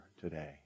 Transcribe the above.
today